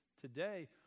today